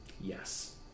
Yes